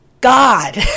God